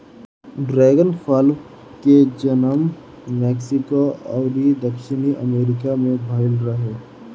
dragon फल के जनम मेक्सिको अउरी दक्षिणी अमेरिका में भईल रहे